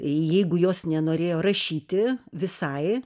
jeigu jos nenorėjo rašyti visai